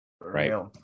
right